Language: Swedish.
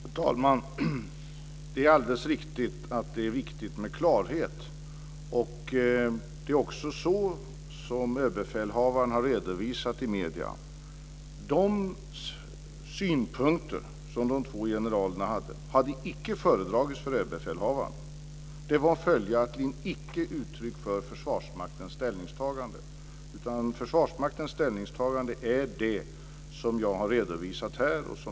Fru talman! Det är alldeles riktigt att det är viktigt med klarhet. Det är också det som överbefälhavaren har redovisat i medierna. De synpunkter som de två generalerna förde fram hade icke föredragits för överbefälhavaren. De var följaktligen icke uttryck för Försvarsmaktens ställningstagande. Försvarsmaktens ställningstagande är det som jag har redovisat här.